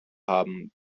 haben